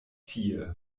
tie